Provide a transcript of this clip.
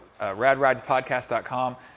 RadRidesPodcast.com